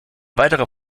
weiterer